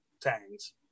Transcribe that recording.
tangs